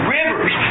rivers